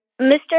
Mr